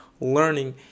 learning